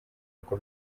uko